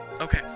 okay